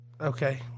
Okay